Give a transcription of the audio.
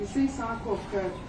jisai sako kad